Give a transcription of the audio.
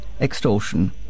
extortion